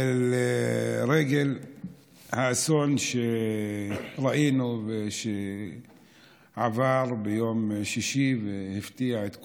לרגל האסון שראינו ושעבר ביום שישי והפתיע את כולנו.